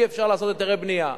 אי-אפשר לעשות היתרי בנייה.